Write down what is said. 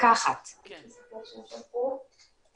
אפשר שאנחנו נגיד משהו?